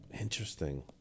Interesting